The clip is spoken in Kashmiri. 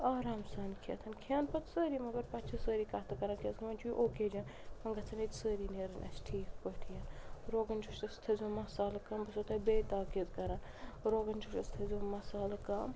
آرام سان کھیٚتھ کھیٚن پَتہٕ سٲری مَگر پَتہٕ چھِ سٲری کَتھہٕ کَران کیٛاز کہِ وۄنۍ چھُ یہِ اوکیجَن وۄنۍ گژھیٚن ییٚتہِ سٲری نیرٕنۍ اسہِ ٹھیٖک پٲٹھۍ روغن جوشَس تھٲیزیٛو مصالہٕ کَم بہٕ چھیٚسو تۄہہِ بیٚیہِ تاکیٖد کران روغن جوشَس تھٲیزیٛو مصالہٕ کَم